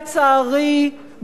לצערי,